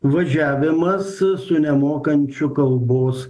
važiavimas su nemokančiu kalbos